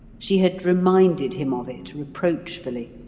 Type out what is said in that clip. she had reminded him of it reproachfully.